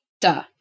duh